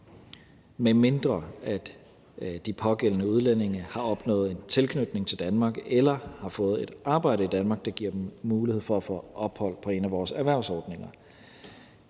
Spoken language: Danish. medmindre de pågældende udlændinge har opnået en tilknytning til Danmark eller har fået et arbejde i Danmark, der giver dem mulighed for at få ophold på en af vores erhvervsordninger.